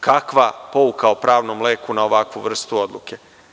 Kakva pouka o pranom leku na ovakvu vrstu odluke?